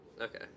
okay